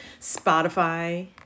Spotify